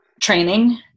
training